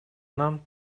нам